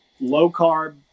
low-carb